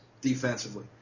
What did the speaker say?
Defensively